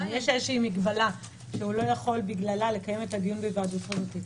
אם יש איזו מגבלה שהוא לא יכול בגללה לקיים את הדיון בהיוועדות חזותית,